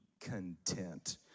content